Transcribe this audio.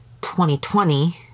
2020